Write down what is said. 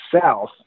south